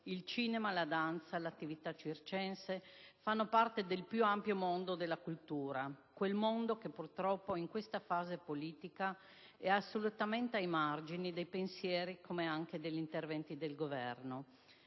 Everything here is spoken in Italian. il cinema, la danza e l'attività circense fanno parte del più ampio mondo della cultura, quel mondo che purtroppo in questa fase della politica italiana è assolutamente ai margini dei pensieri come anche degli interventi del Governo.